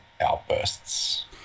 outbursts